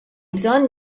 bżonn